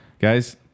Guys